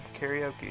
karaoke